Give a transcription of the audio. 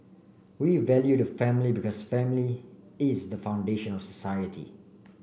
we value the family because family is the foundation of society